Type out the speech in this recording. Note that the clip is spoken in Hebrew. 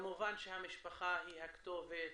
כמובן שהמשפחה היא הכתובת,